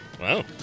Wow